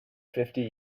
fifty